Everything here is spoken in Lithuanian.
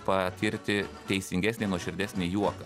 patirti teisingesnį nuoširdesnį juoką